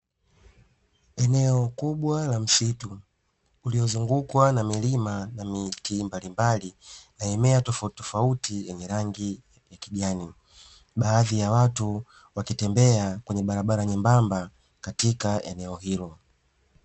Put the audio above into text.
Eneo kubwa la msitu, uliozungukwa na milima na miti mbalimbali na mimea tofautitofauti yenye rangi ya kijani. Baadhi ya watu wakitembea kwenye barabara nyembamba, katika eneo hilo.